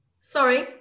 sorry